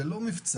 זה לא מבצע